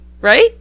Right